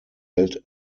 held